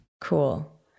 Cool